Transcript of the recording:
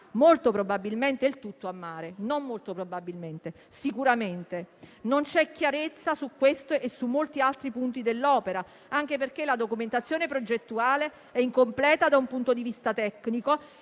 molto probabilmente - anzi, sicuramente - scaricherà tutto in mare. Non c'è chiarezza su questo e su molti altri punti dell'opera, anche perché la documentazione progettuale è incompleta da un punto di vista tecnico.